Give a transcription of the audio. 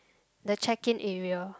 the check in area